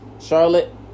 Charlotte